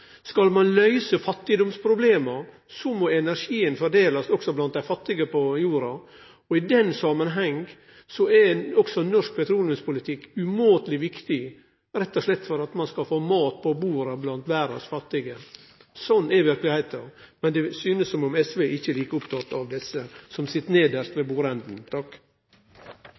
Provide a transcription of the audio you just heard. Skal ein løyse fattigdomsproblema, som eg trudde kanskje SV òg var oppteke av, må energien fordelast òg blant dei fattige på jorda. I den samanhengen er norsk petroleumspolitikk umåteleg viktig, rett og slett for at ein skal få mat på bordet blant verdas fattige. Slik er verkelegheita, men det synest som om SV ikkje er like oppteke av desse som sit nedst ved